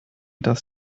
dass